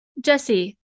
Jesse